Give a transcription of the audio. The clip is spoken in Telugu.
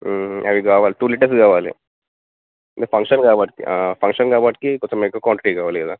అది కావాలి టూ లీటర్స్ కావాలి ఇంకా ఫంక్షన్ కాబట్టి ఫంక్షన్ కాబట్టి కొంచెం ఎక్కువ క్వాంటిటీ కావాలి కదా